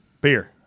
Beer